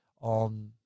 on